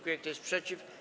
Kto jest przeciw?